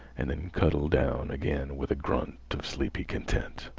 and then cuddle down again with a grunt of sleepy content.